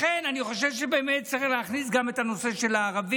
לכן אני חושב שבאמת צריך להכניס גם את הנושא של הערבים,